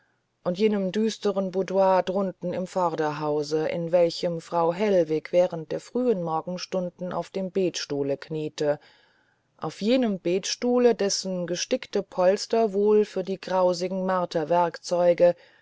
und jenem düsteren boudoir drunten im vorderhause in welchem frau hellwig während der frühen morgenstunden auf dem betstuhle kniete auf jenem betstuhle dessen gestickte polster wohl für die grausigen